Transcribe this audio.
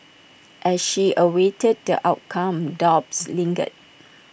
as she awaited the outcome doubts lingered